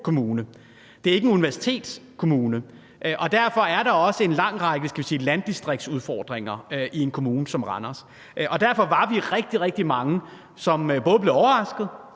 Det er ikke en universitetskommune. Derfor er der også en lang række landdistriktsudfordringer i en kommune som Randers. Derfor var vi rigtig, rigtig mange, som både blev overraskede,